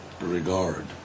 regard